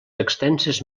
extenses